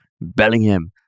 Bellingham